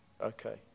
Okay